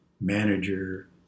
manager